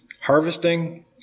harvesting